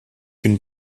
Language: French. une